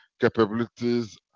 capabilities